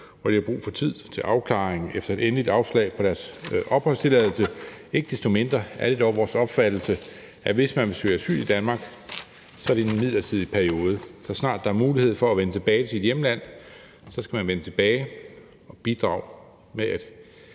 at de har brug for tid til afklaring efter et endeligt afslag på deres opholdstilladelse. Ikke desto mindre er det dog vores opfattelse, at hvis man vil søge asyl i Danmark, er det i en midlertidig periode. Så snart der er mulighed for at vende tilbage til ens hjemland, skal man vende tilbage og bidrage med at